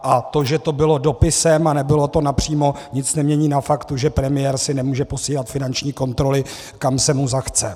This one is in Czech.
A to, že to bylo dopisem a nebylo to napřímo, nic nemění na faktu, že premiér si nemůže posílat finanční kontroly, kam se mu zachce.